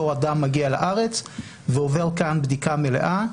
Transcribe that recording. אדם מגיע לארץ ועובר כאן בדיקה מלאה,